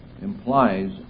implies